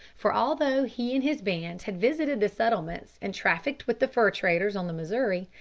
for, although he and his band had visited the settlements and trafficked with the fur-traders on the missouri,